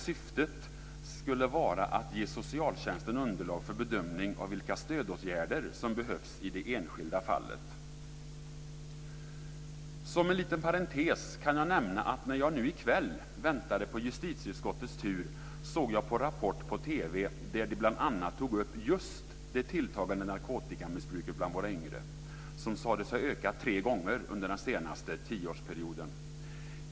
Syftet skulle vara att ge socialtjänsten underlag för bedömning av vilka stödåtgärder som behövs i det enskilda fallet. Som en liten parentes kan jag nämna att jag såg på Rapport på TV, medan jag väntade på justitieutskottets tur. Där togs bl.a. upp det tilltagande narkotikamissbruket bland våra yngre. Det sades ha ökat tre gånger om under den senaste tioårsperioden.